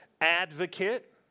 Advocate